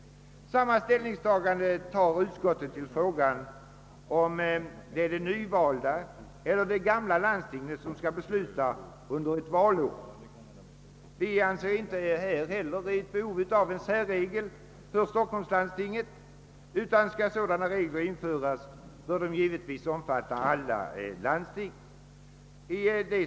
Samma ställning tar utskottet till frågan om det nyvalda eller det gamla landstinget skall besluta under ett valår. Vi anser inte heller i detta avseende att det finns behov av en särregel för Stockholms läns landsting, utan sådana regler bör, om de införs, givetvis avse alla landsting.